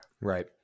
Right